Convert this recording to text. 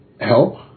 help